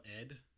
Ed